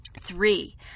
Three